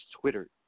Twitter